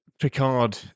Picard